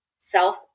self